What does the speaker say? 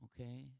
Okay